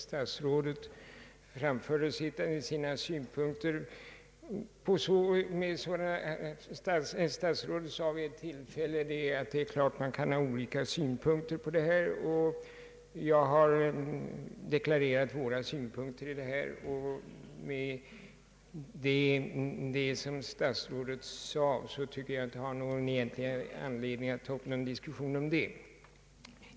Statsrådet yttrade vid ett tillfälle att det är klart att man kan ha olika synpunkter på reformen och att han har deklarerat sina synpunkter i denna fråga, och om det som statsrådet därvid sade tycker jag inte att jag har någon egentlig anledning att ta upp någon diskussion med honom.